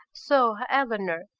so, eleanor,